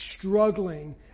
struggling